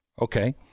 Okay